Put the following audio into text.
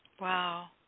Wow